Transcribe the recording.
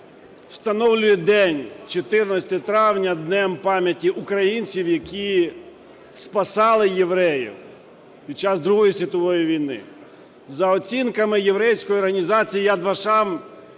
встановлює день 14 травня Днем пам'яті українців, які спасали євреїв під час Другої світової війни. За оцінками єврейської організації "Яд Вашем",